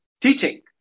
teaching